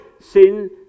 sin